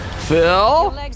Phil